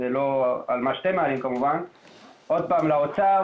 כמובן לא על מה שאתם מעלים אלא על עוד פעם על האוצר,